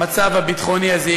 המצב הביטחוני הזה,